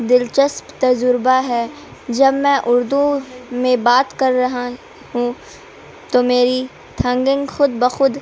دلچسپ تجربہ ہے جب میں اردو میں بات کر رہا ہوں تو میری تھھنگن خود بخود